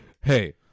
hey